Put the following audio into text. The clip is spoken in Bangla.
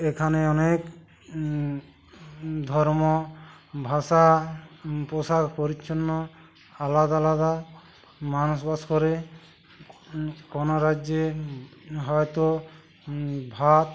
এখানে অনেক ধর্ম ভাষা পোশাক পরিচ্ছদ আলাদা আলাদা মানুষ বাস করে কোনও রাজ্যে হয়তো ভাত